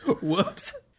Whoops